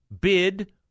bid